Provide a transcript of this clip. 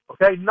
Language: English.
Okay